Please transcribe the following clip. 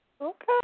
okay